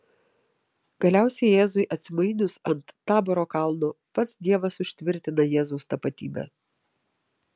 galiausiai jėzui atsimainius ant taboro kalno pats dievas užtvirtina jėzaus tapatybę